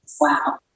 Wow